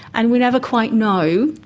and we never quite know,